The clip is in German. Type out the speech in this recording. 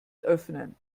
öffnen